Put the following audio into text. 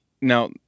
now